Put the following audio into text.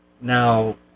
Now